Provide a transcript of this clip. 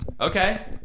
Okay